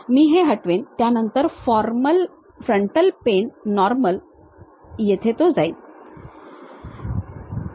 मी हे हटवीन त्यानंतर frontal plane Normal तो येथे जाईन